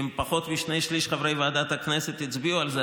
אם פחות משני-שלישים מחברי ועדת הכנסת הצביעו על זה,